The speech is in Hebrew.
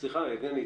סליחה, יבגני.